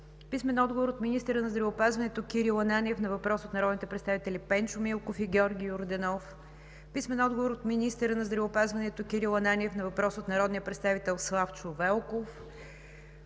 Василев; - министъра на здравеопазването Кирил Ананиев на въпрос от народните представители Пенчо Милков и Георги Йорданов; - министъра на здравеопазването Кирил Ананиев на въпрос от народния представител Славчо Велков;